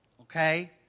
Okay